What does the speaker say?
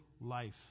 life